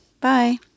Bye